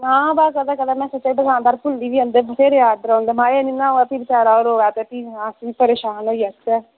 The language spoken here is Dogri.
ते में सोचेआ केईं बारी दुकानदार भुल्ली बी जंदे ते में हा बाद बिच भी अस बी परेशान होई जाचै